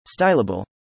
stylable